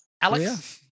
Alex